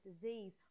disease